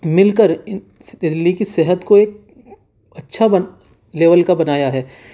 مل کر دلی کی صحت کو ایک اچھا لیول کا بنایا ہے